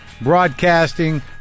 broadcasting